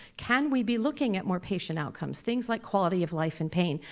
can we be looking at more patient outcomes, things like quality of life and pain.